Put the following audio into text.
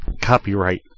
copyright